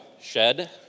shed